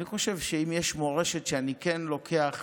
אני חושב שאם יש מורשת שאני כן לוקח